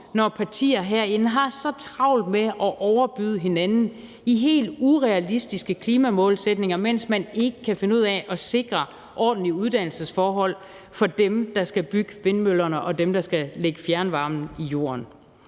når partier herinde har så travlt med at overbyde hinanden i helt urealistiske klimamålsætninger, mens man ikke kan finde ud af at sikre ordentlige uddannelsesforhold for dem, der skal bygge vindmøllerne, og dem, der skal lægge fjernvarmen i jorden.